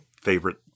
favorite